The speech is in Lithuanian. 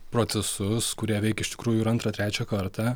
procesus kurie veikia iš tikrųjų ir antrą trečią kartą